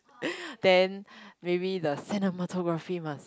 then maybe the cinematography must